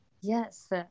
Yes